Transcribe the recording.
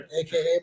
AKA